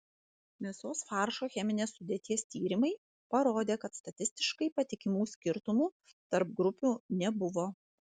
mėsos faršo cheminės sudėties tyrimai parodė kad statistiškai patikimų skirtumų tarp grupių nebuvo